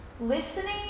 Listening